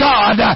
God